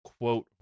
quote